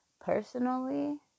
Personally